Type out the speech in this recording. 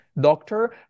doctor